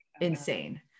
insane